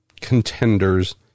contenders